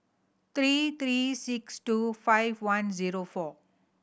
three three six two five one zero four